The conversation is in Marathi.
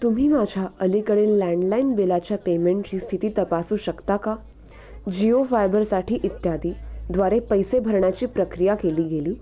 तुम्ही माझ्या अलीकडील लँडलाइन बिलाच्या पेमेंटची स्थिती तपासू शकता का जिओफायबरसाठी इत्यादी द्वारे पैसे भरणाची प्रक्रिया केली गेली